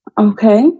Okay